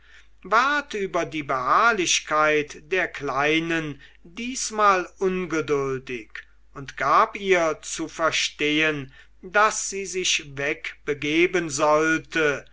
ward über die beharrlichkeit der kleinen diesmal ungeduldig und gab ihr zu verstehen daß sie sich wegbegeben sollte